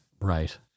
Right